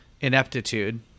ineptitude